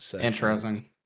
Interesting